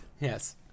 Yes